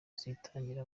zitangira